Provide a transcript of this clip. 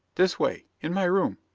this way in my room.